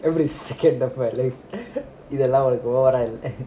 every second for life இதுலாம் உனக்கு ஓவரா இல்ல:idhulam unaku overa illa